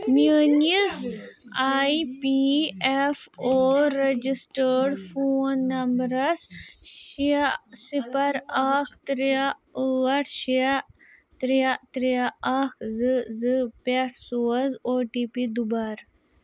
میٛٲنِس I P F O registered phone نمبرَس شےٚ صِفَر اَکھ ترٛےٚ ٲٹھ شےٚ ترٛےٚ ترٛےٚ اَکھ زٕ زٕ پٮ۪ٹھ سوز او ٹی پی دُبارٕ